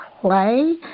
play